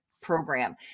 program